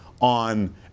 on